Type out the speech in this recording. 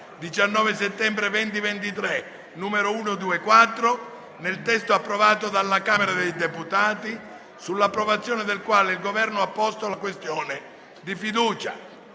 19 settembre 2023, n. 124, nel testo approvato dalla Camera dei deputati, sull'approvazione del quale il Governo ha posto la questione di fiducia: